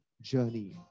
journey